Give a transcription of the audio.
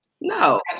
No